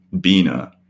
Bina